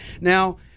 Now